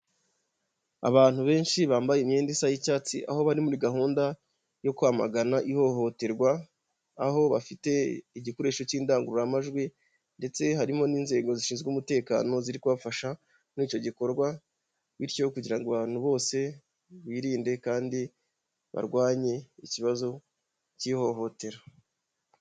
Abantu benshi bambaye imyenda isa y'icyatsi, aho bari muri gahunda yo kwamagana ihohoterwa, aho bafite igikoresho cy'indangururamajwi ndetse harimo n'inzego zishinzwe umutekano ziri kubafasha muri icyo gikorwa, bityo kugira ngo abantu bose birinde kandi barwanye ikibazo cy'ihohotera.